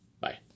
bye